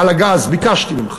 על הגז ביקשתי ממך.